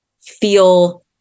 feel